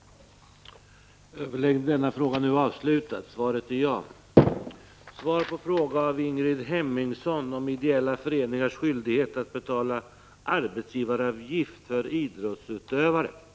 Skyldighet att berala - betsgivaravgift för idrottsutövare